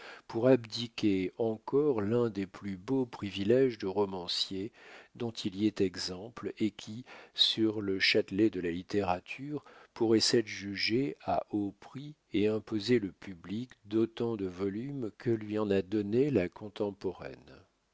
pour abdiquer encore l'un des plus beaux priviléges de romancier dont il y ait exemple et qui sur le châtelet de la littérature pourrait s'adjuger à haut prix et imposer le public d'autant de volumes que lui en a donné la contemporaine